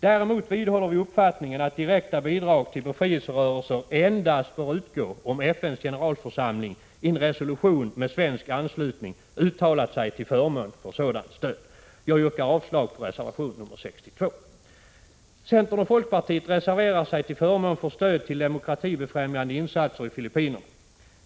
Däremot vidhåller vi uppfattningen att direkta bidrag till befrielserörelser bör utgå endast om FN:s generalförsamling i en resolution med svensk anslutning uttalat sig till förmån för sådant stöd. Jag yrkar avslag på reservation 62. Centern och folkpartiet reserverar sig till förmån för stöd till demokratiseringsfrämjande insatser i Filippinerna.